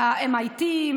מה-MIT,